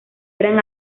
eran